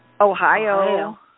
Ohio